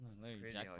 Crazy